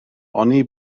oni